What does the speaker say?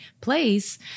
place